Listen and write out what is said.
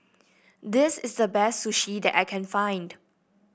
this is the best Sushi that I can find